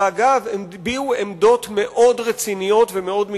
אגב, הם הביעו עמדות מאוד רציניות ומאוד מקצועיות.